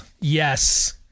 Yes